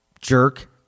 jerk